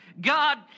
God